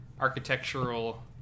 architectural